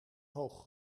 hoog